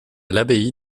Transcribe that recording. l’abbaye